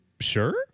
sure